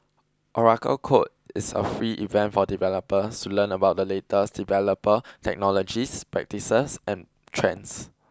Oracle Code is a free event for developers to learn about the latest developer technologies practices and trends